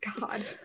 god